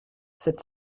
sept